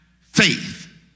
faith